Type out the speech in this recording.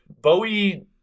Bowie